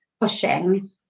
pushing